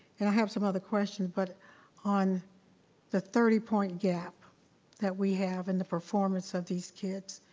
and i have some other questions, but on the thirty point gap that we have in the performance of these kids,